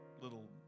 little